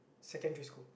secondary school